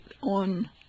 on